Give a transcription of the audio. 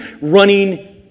running